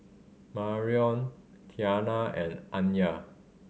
Marion Tiana and Anya